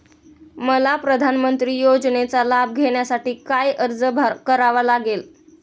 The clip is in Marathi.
मला प्रधानमंत्री योजनेचा लाभ घेण्यासाठी काय अर्ज करावा लागेल?